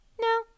no